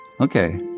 Okay